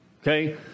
Okay